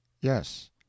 Yes